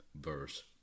verse